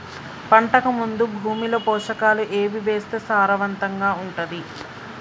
పంటకు ముందు భూమిలో పోషకాలు ఏవి వేస్తే సారవంతంగా ఉంటది?